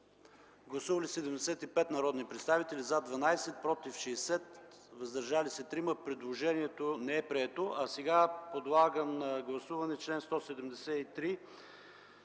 Гласували 75 народни представители: за 12, против 60, въздържали се 3. Предложението не е прието. Подлагам на гласуване чл. 173